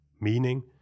meaning